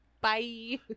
Bye